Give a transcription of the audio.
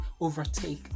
overtake